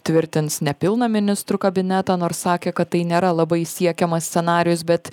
tvirtins nepilną ministrų kabinetą nors sakė kad tai nėra labai siekiamas scenarijus bet